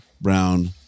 Brown